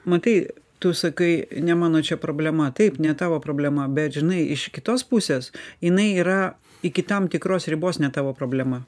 matai tu sakai ne mano čia problema taip ne tavo problema bet žinai iš kitos pusės jinai yra iki tam tikros ribos ne tavo problema